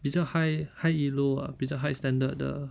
比较 high high 一楼 ah 比较 high standard 的